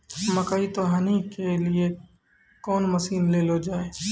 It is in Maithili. मकई तो हनी के लिए कौन मसीन ले लो जाए?